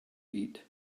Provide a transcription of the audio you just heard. eat